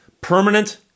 Permanent